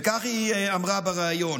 וכך היא אמרה בריאיון: